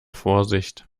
vorsicht